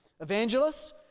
Evangelists